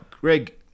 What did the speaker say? Greg